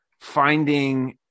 finding